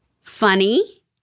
funny